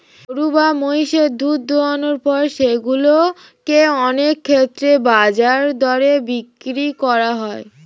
গরু বা মহিষের দুধ দোহনের পর সেগুলো কে অনেক ক্ষেত্রেই বাজার দরে বিক্রি করা হয়